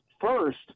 first